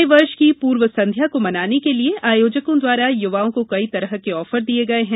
नये वर्ष की पूर्व संध्या को मनाने के लिये आयोजकों द्वारा युवाओं को कई तरह के ऑफर दिये गये हैं